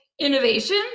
innovation